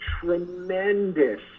tremendous